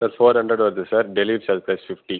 sir four hundred வருது sir delivery charge plus fifty